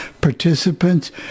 participants